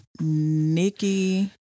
Nikki